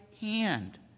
hand